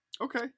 okay